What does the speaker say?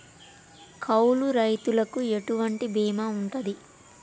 కౌలు రైతులకు ఎటువంటి బీమా ఉంటది?